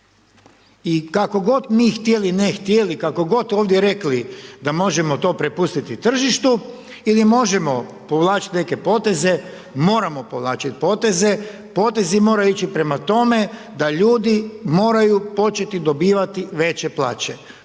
I kako god mi htjeli, ne htjeli, kako god ovdje rekli da možemo to prepustiti tržištu ili možemo povlačiti neke poteze, moramo povlačiti poteze, potezi moraju ići prema tome da ljudi moraju početi dobivati veće plaće,